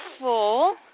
full